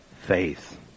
faith